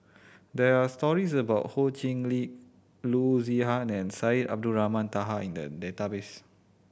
there are stories about Ho Chee Lick Loo Zihan and Syed Abdulrahman Taha in the database